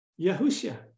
Yahushua